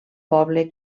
poble